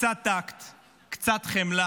קצת טקט וקצת חמלה.